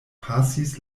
pasis